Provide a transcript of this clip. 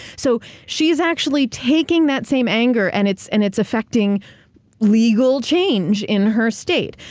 so she's actually taking that same anger, and it's and it's affecting legal change in her state.